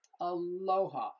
aloha